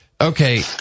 Okay